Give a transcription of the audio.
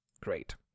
great